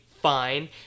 Fine